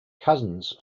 cousins